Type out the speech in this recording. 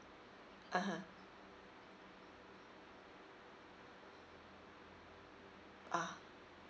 (uh huh) ah